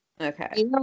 Okay